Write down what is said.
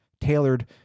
tailored